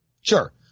Sure